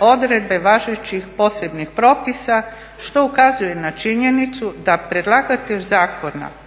odredbe važećih posebnih propisa što ukazuje na činjenicu da predlagatelj Zakona